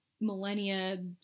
millennia